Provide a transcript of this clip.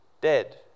dead